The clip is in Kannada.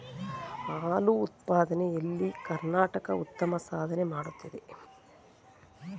ಹಾಲು ಉತ್ಪಾದನೆ ಎಲ್ಲಿ ಕರ್ನಾಟಕ ಉತ್ತಮ ಸಾಧನೆ ಮಾಡುತ್ತಿದೆ